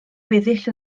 weddill